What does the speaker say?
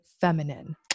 feminine